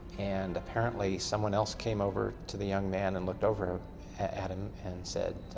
and apparently, someone else came over to the young man and looked over at him, and said,